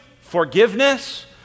forgiveness